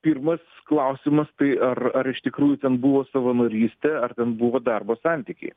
pirmas klausimas tai ar ar iš tikrųjų ten buvo savanorystė ar ten buvo darbo santykiai